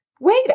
Wait